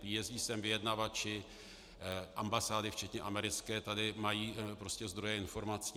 Jezdí sem vyjednavači, ambasády včetně americké tady mají zdroje informací.